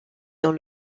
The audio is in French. dans